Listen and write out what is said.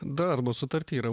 darbo sutarty yra